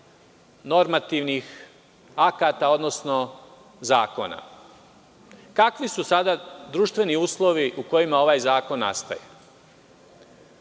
normativnih akata, odnosno zakona. Kakvi su sada društveni uslovi u kojima ovaj zakon nastaje?